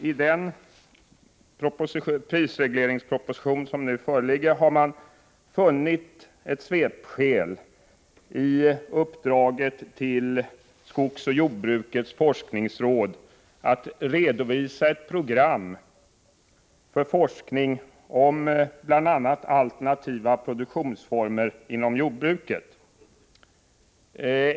I den prisregleringsproposition som nu föreligger har man funnit ett svepskäl i uppdraget till skogsoch jordbrukets forskningsråd att redovisa ett program för forskning om bl.a. alternativa produktionsformer inom jordbruket.